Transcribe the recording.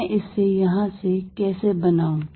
मैं इसे यहाँ से कैसे बनाऊँ